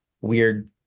weird